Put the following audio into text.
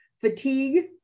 fatigue